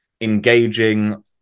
engaging